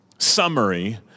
summary